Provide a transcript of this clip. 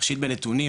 ראשית בנתונים,